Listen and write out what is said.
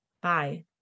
Bye